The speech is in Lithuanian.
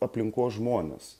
aplinkos žmones